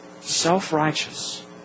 Self-righteous